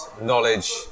knowledge